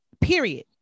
period